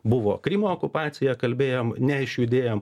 buvo krymo okupacija kalbėjom neišjudėjom